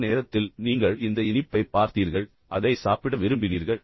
அந்த நேரத்தில் நீங்கள் இந்த இனிப்பைப் பார்த்தீர்கள் அதை சாப்பிட விரும்பினீர்கள்